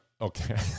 Okay